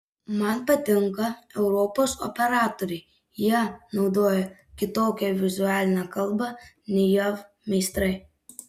man patinka europos operatoriai jie naudoja kitokią vizualinę kalbą nei jav meistrai